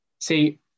See